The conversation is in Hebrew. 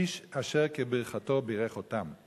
איש אשר כברכתו ברך אֹתם'.